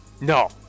No